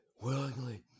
willingly